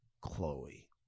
Chloe